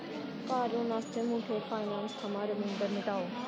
कार loan आस्तै Muthoot finance थमां reminder मिटाओ